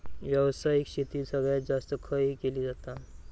व्यावसायिक शेती सगळ्यात जास्त खय केली जाता?